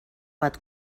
bat